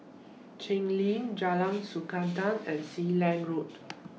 Cheng Lim Jalan Sikudangan and Sealand Road